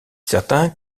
certains